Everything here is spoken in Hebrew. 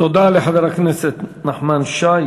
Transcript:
תודה לחבר הכנסת נחמן שי.